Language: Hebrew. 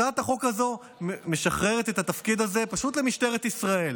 הצעת החוק הזו משחררת את התפקיד הזה פשוט למשטרת ישראל.